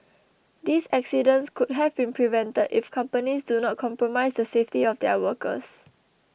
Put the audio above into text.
these accidents could have been prevented if companies do not compromise the safety of their workers